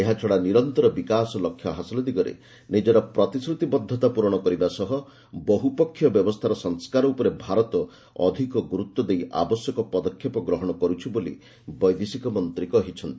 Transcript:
ଏହାଛଡ଼ା ନିରନ୍ତର ବିକାଶ ଲକ୍ଷ୍ୟ ହାସଲ ଦିଗରେ ନିଜର ପ୍ରତିଶ୍ରତିବଦ୍ଧତା ପୂରଣ କରିବା ସହ ବହୁପକ୍ଷିୟ ବ୍ୟବସ୍ଥାର ସଂସ୍କାର ଉପରେଭାରତ ଅଧିକ ଗୁରୁତ୍ୱ ଦେଇ ଆବଶ୍ୟକ ପଦକ୍ଷେପ ଗ୍ରହଣ କରୁଛି ବୋଲି ବୈଦେଶିକ ମନ୍ତ୍ରୀ କହିଚ୍ଛନ୍ତି